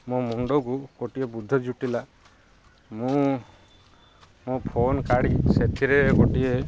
ମୋ ମୁଣ୍ଡକୁ ଗୋଟିଏ ବୁଦ୍ଧି ଜୁଟିଲା ମୁଁ ମୋ ଫୋନ୍ କାଢ଼ି ସେଥିରେ ଗୋଟିଏ